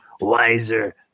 wiser